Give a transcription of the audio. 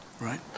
right